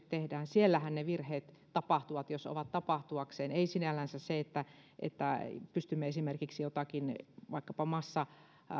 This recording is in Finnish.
tehdään siellähän ne virheet tapahtuvat jos ovat tapahtuakseen asia ei ole sinällänsä se että että pystymme esimerkiksi jotakin vaikkapa